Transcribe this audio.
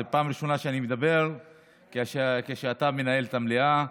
זו הפעם הראשונה שאני מדבר כשאתה מנהל את המליאה.